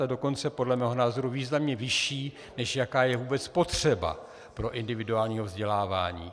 A dokonce podle mého názoru významně vyšší, než jaká je vůbec potřeba pro individuální vzdělávání.